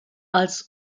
als